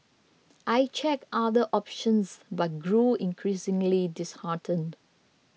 I checked other options but grew increasingly disheartened